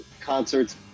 concerts